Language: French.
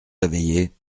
réveillés